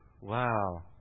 Wow